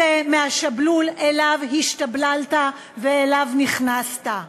צא מהשבלול שאליו השתבללת ואליו נכנסת.